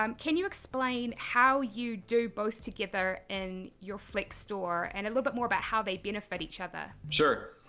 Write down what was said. um can you explain how you do both together in your flex store, and a little bit more about how they benefit each other? sure.